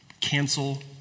Cancel